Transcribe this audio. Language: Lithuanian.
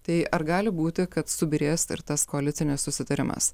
tai ar gali būti kad subyrės ir tas koalicinis susitarimas